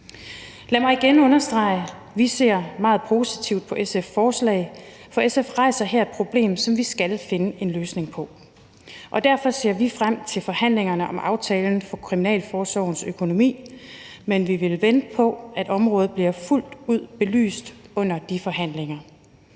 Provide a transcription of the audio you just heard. Lad mig igen understrege, at vi ser meget positivt på SF's forslag, for SF rejser her et problem, som vi skal finde en løsning på. Derfor ser vi frem til forhandlingerne om aftalen for Kriminalforsorgens økonomi, men vi vil vente på, at området bliver fuldt ud belyst under de forhandlinger.